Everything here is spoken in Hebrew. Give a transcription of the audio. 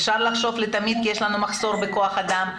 אפשר לחשוב לעשות את זה לתמיד כי יש לנו מחסור בכוח אדם,